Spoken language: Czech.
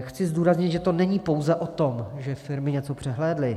Chci zdůraznit, že to není pouze o tom, že firmy něco přehlédly.